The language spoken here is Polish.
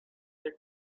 jak